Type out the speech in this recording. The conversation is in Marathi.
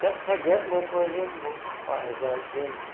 ह्यात सगळ्यात महत्त्वाचे